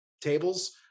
tables